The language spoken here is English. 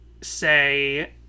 say